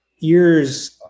ears